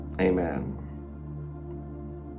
Amen